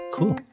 Cool